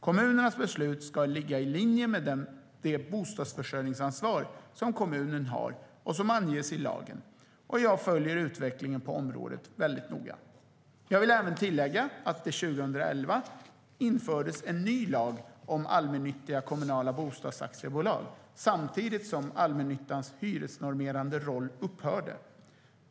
Kommunernas beslut ska ligga i linje med det bostadsförsörjningsansvar som kommunen har och som anges i lagen. Jag följer utvecklingen på området väldigt noga. Jag vill även tillägga att det 2011 infördes en ny lag om allmännyttiga kommunala bostadsaktiebolag samtidigt som allmännyttans hyresnormerande roll upphörde.